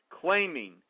Claiming